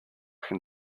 can